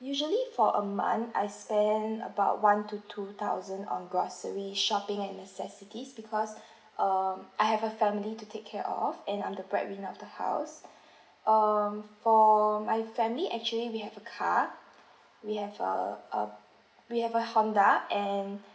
usually for a month I spend about one to two thousand on grocery shopping and necessities because um I have a family to take care of and I'm the breadwinner of the house um for my family actually we have a car we have a um we have a Honda and